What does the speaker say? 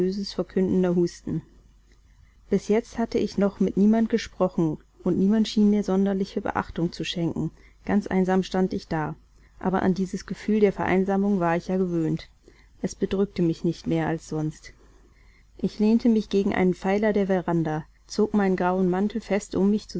bis jetzt hatte ich noch mit niemand gesprochen und niemand schien mir sonderliche beachtung zu schenken ganz einsam stand ich da aber an dieses gefühl der vereinsamung war ich ja gewöhnt es bedrückte mich nicht mehr als sonst ich lehnte mich gegen einen pfeiler der veranda zog meinen grauen mantel fest um mich